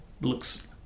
looks